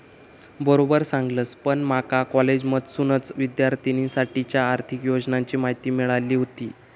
बरोबर सांगलस, पण माका कॉलेजमधसूनच विद्यार्थिनींसाठीच्या आर्थिक योजनांची माहिती मिळाली व्हती